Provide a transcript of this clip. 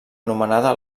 anomenada